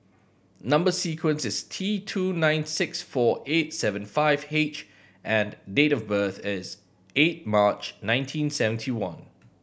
number sequence is T two nine six four eight seven five H and date of birth is eight March nineteen seventy one